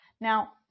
Now